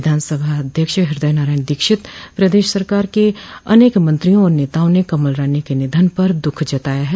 विधानसभा अध्यक्ष हृदयनारायण दीक्षित प्रदेश सरकार के अनेक मंत्रियों और नेताओं ने कमल रानी के निधन पर दुःख जताया है